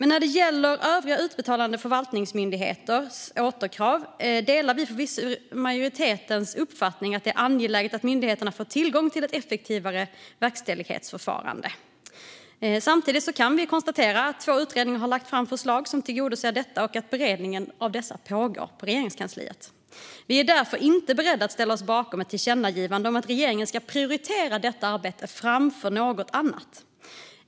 När det gäller övriga utbetalande förvaltningsmyndigheters återkrav delar vi förvisso majoritetens uppfattning att det är angeläget att myndigheterna får tillgång till ett effektivare verkställighetsförfarande. Samtidigt kan vi konstatera att två utredningar har lagt fram förslag som tillgodoser detta och att beredningen av dessa förslag pågår i Regeringskansliet. Vi är därför inte beredda att ställa oss bakom ett tillkännagivande om att regeringen ska prioritera detta arbete framför något annat.